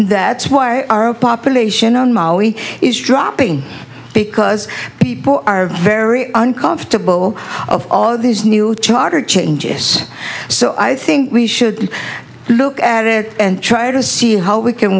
that is why our a population in mali is dropping because people are very uncomfortable of all these new charter changes so i think we should look at it and try to see how we can